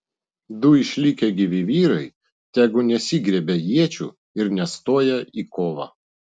du išlikę gyvi vyrai tegu nesigriebia iečių ir nestoja į kovą